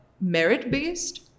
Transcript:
merit-based